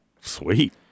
Sweet